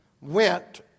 went